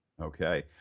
okay